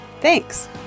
thanks